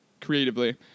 creatively